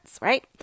right